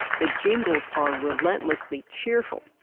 the jingles are relentlessly cheerful.